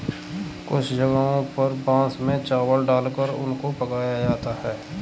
कुछ जगहों पर बांस में चावल डालकर उनको पकाया जाता है